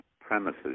premises